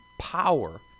power